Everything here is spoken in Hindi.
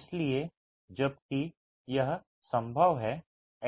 इसलिए जबकि यह संभव है